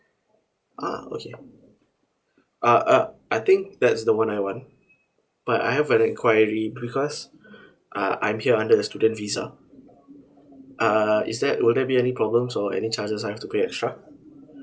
ah okay uh uh I think that's the one I want but I have an enquiry because uh I'm here under the student visa uh is that would that be any problems or any charges I have to pay extra